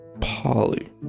Polly